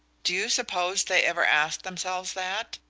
do you suppose they ever ask themselves that?